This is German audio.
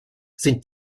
sind